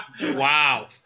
Wow